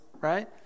right